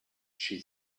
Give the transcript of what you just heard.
she